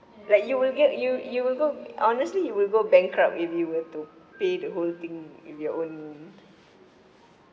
like you will get you you will go honestly you will go bankrupt you were to pay the whole thing with your own